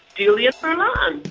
julia furlan.